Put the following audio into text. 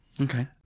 Okay